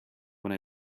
when